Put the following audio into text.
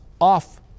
off